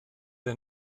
der